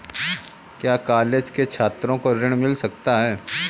क्या कॉलेज के छात्रो को ऋण मिल सकता है?